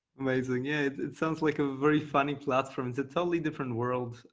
amazing. it sounds like a very funny platform. it's a totally different world.